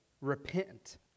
repent